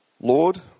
Lord